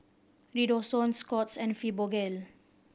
Redoxon Scott's and Fibogel